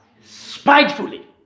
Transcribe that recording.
Spitefully